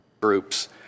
Groups